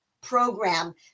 program